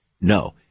No